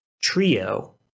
trio